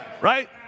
Right